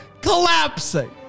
collapsing